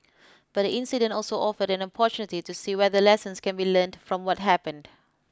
but the incident also offered an opportunity to see whether lessons can be learned from what happened